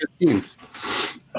15s